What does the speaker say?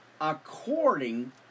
according